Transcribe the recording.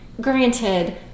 granted